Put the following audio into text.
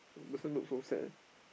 person look so sad eh